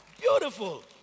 Beautiful